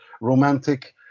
romantic